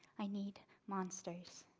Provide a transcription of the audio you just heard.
i need monsters.